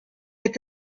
est